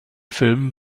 filmen